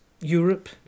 Europe